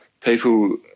people